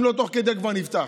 אם לא תוך כדי כבר נפתחו?